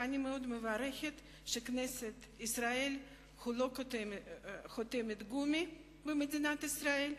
ואני מברכת על כך שכנסת ישראל היא לא חותמת גומי במדינת ישראל,